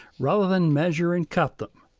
rather than measure and cut them.